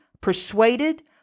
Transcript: persuaded